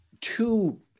two